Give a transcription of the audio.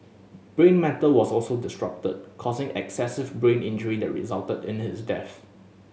brain matter was also disrupted causing excessive brain injury that resulted in his death